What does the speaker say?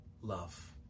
love